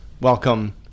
welcome